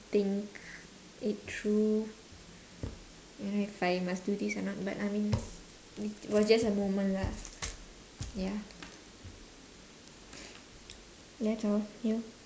think it through you know if I must do this or not but I mean it was just a moment lah ya that's all ya